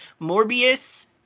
Morbius